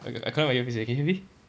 I I connect my earpiece can you hear me